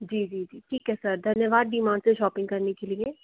जी जी जी ठीक है सर धन्यवाद डी मार से शॉपिंग करने के लिए